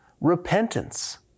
repentance